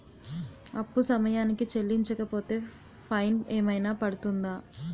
అప్పు సమయానికి చెల్లించకపోతే ఫైన్ ఏమైనా పడ్తుంద?